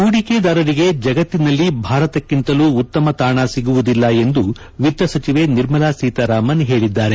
ಪೂಡಿಕೆದಾರರಿಗೆ ಜಗತ್ತಿನಲ್ಲಿ ಭಾರತಕ್ಕಿಂತಲೂ ಉತ್ತಮ ತಾಣ ಸಿಗುವುದಿಲ್ಲ ಎಂದು ವಿತ್ತ ಸಚಿವೆ ನಿರ್ಮಲಾ ಸೀತಾರಾಮನ್ ಹೇಳಿದ್ದಾರೆ